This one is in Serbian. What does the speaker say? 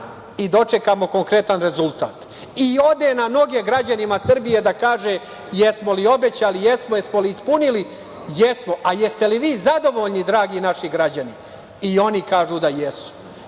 i dočekamo konkretan rezultat. Ode na noge građanima Srbije da kaže – jesmo li obećali, jesmo, jesmo li ispunili, jesmo. Jeste li vi zadovoljni, dragi naši građani? Oni kažu da jesu.E,